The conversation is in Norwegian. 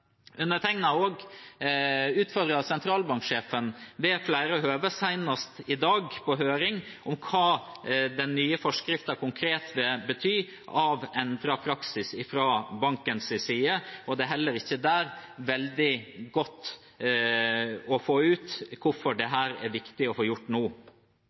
sentralbanksjefen ved flere anledninger, senest i dag på høring, om hva den nye forskriften konkret vil bety av endret praksis fra bankens side. Det er heller ikke der veldig godt å få ut hvorfor dette er viktig å få gjort